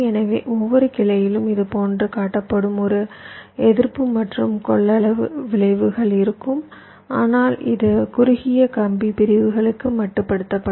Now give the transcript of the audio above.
எனவே ஒவ்வொரு கிளையிலும் இதுபோன்று காட்டப்படும் ஒரு எதிர்ப்பு மற்றும் கொள்ளளவு விளைவுகள் இருக்கும் ஆனால் இது குறுகிய கம்பி பிரிவுகளுக்கு மட்டுப்படுத்தப்படும்